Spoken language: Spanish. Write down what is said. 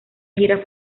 gira